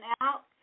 out